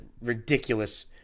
ridiculous